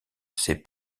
ses